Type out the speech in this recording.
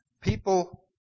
People